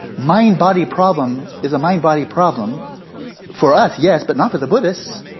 mindbody problem is a mindbody problem for us, yes, but not for the buddhists.